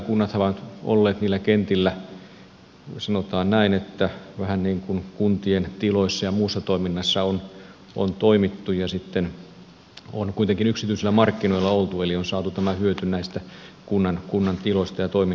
kunnathan ovat olleet niillä kentillä sanotaan näin että vähän niin kuin kuntien tiloissa ja muussa toiminnassa on toimittu ja sitten on kuitenkin yksityisillä markkinoilla oltu eli on saatu tämä hyöty näistä kunnan tiloista ja toiminnoista